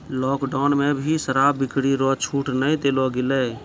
lockdown मे भी शराब बिक्री रो छूट नै देलो गेलै